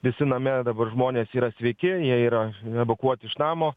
visi name dabar žmonės yra sveiki jie yra evakuoti iš namo